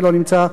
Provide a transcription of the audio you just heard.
שלא נמצא,